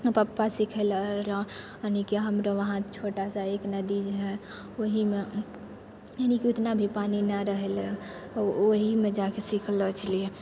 पापा सिखेले रहय यानि कि हमरोके वहाँ छोटा सा एक नदी रहय ओहीमे ई नहि कि उतना भी पानि नहि रहइए ओहीमे जाके सिखलहुँ छियै